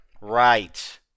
Right